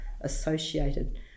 associated